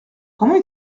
comment